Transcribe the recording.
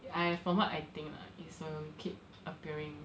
I from what I think lah it's uh will keep appearing